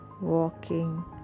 walking